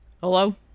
Hello